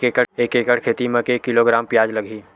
एक एकड़ खेती म के किलोग्राम प्याज लग ही?